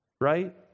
right